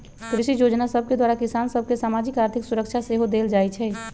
कृषि जोजना सभके द्वारा किसान सभ के सामाजिक, आर्थिक सुरक्षा सेहो देल जाइ छइ